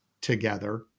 together